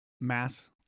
mass